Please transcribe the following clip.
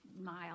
mile